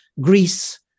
Greece